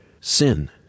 Sin